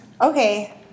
Okay